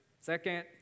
Second